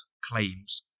claims